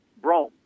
Brom